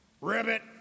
Ribbit